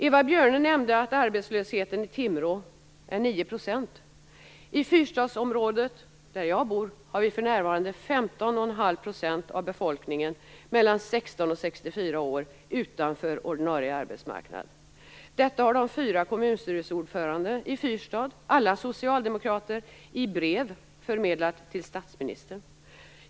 Eva Björne nämnde att arbetslösheten i Timrå är 9 %. I fyrstadsområdet där jag bor har vi för närvarande 15,5 % av befolkningen mellan 16 och 64 år utanför ordinarie arbetsmarknad. Detta har de fyra kommunstyrelseordförandena i fyrstadsområdet, alla socialdemokrater, i brev förmedlat till statsministern.